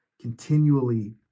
Continually